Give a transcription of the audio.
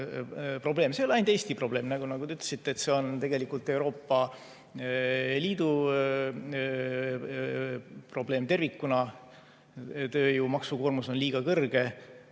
ei ole ainult Eesti probleem, nagu te ütlesite, vaid see on tegelikult Euroopa Liidu probleem tervikuna, et tööjõu maksukoormus on liiga [suur].